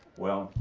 well,